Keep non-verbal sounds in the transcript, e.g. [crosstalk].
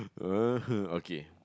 [noise] okay